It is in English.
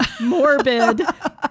Morbid